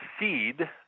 Seed